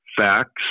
facts